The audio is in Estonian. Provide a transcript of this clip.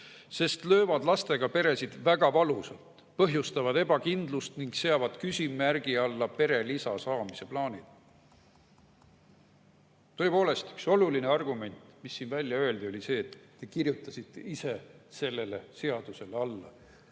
sest löövad lastega peresid väga valusalt, põhjustavad ebakindlust ning seavad küsimärgi alla perelisa saamise plaanid."Tõepoolest, üks oluline argument, mis siin välja öeldi, oli see, et te kirjutasite ise sellele seadusele alla.